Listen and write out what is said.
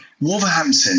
Wolverhampton